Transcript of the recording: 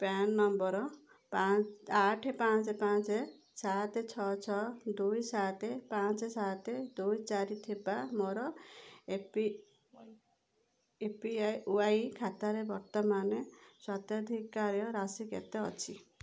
PAN number ପାଞ୍ଚ ଆଠ ପାଞ୍ଚ ପାଞ୍ଚ ସାତ ଛଅ ଛଅ ଦୁଇ ସାତ ପାଞ୍ଚ ସାତ ଦୁଇ ଚାରି ଥିବା ମୋର A P Y E P Y ଖାତାରେ ବର୍ତ୍ତମାନ ସ୍ୱତ୍ୱାଧିକାର ରାଶି କେତେ ଅଛି